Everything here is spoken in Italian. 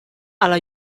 alla